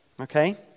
Okay